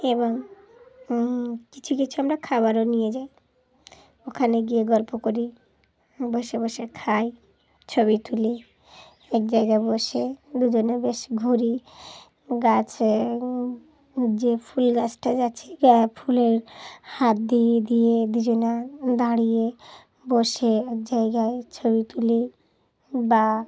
এবং কিছু কিছু আমরা খাবারও নিয়ে যাই ওখানে গিয়ে গল্প করি বসে বসে খাই ছবি তুলি এক জায়গায় বসে দুজনে বেশ ঘুরি গাছে যে ফুল গাছটা গাছে ফুলের হাত দিয়ে দিয়ে দুজনে দাঁড়িয়ে বসে এক জায়গায় ছবি তুলি বা